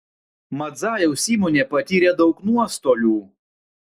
madzajaus įmonė patyrė daug nuostolių